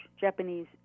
Japanese